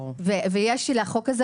לחוק הזה